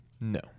No